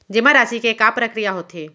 जेमा राशि के का प्रक्रिया होथे?